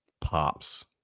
pops